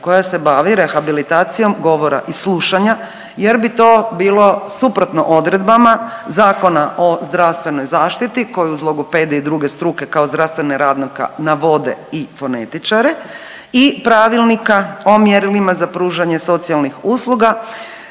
koja se bavi rehabilitacijom govora i slušanja jer bi to bilo suprotno odredbama Zakona o zdravstvenoj zaštiti koju uz logopediju i druge struke kao zdravstvene radnike navode i fonetičare i pravilnika o mjerilima za pružanje socijalnih usluga